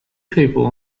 people